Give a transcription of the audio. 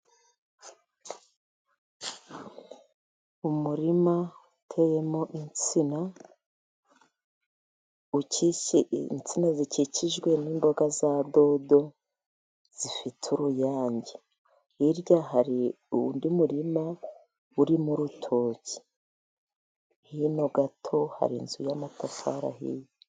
Umurima uteyemo insina, ukishye insina zikikijwe n'imboga za dodo zifite uruyange, hirya hari undi murima urimo urutoki, hino gato hari inzu y'amatafari ahiye.